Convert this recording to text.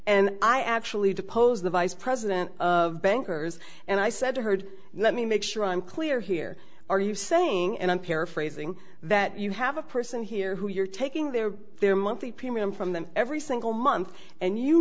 and i actually depose the vice president of bankers and i said heard let me make sure i'm clear here are you saying and i'm paraphrasing that you have a person here who you're taking their their monthly premium from them every single month and you